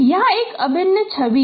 यहां एक अभिन्न छवि है